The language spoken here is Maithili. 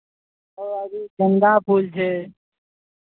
आओर गेन्दा फूल छै